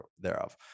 thereof